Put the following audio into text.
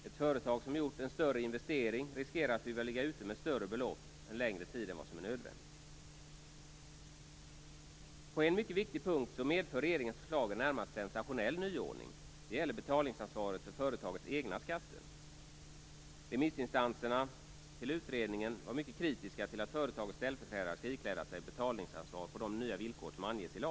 Ett företag som har gjort en större investering riskerar att behöva ligga ute med stora belopp längre än nödvändigt. På en mycket viktig punkt medför regeringens förslag en närmast sensationell nyordning. Det gäller betalningsansvaret för företagets egna skatter. Remissinstanserna var mycket kritiska till att företagets ställföreträdare skulle ikläda sig betalningsansvar på de nya villkor som anges i lagen.